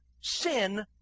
sin